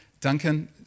Duncan